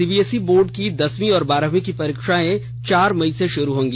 CBSE board की दसवीं और बारहवीं की परीक्षाएं चार मई से शुरू होंगी